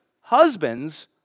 Husbands